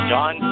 John